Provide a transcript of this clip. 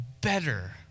better